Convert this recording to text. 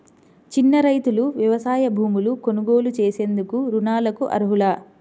చిన్న రైతులు వ్యవసాయ భూములు కొనుగోలు చేసేందుకు రుణాలకు అర్హులా?